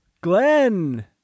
Glenn